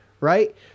right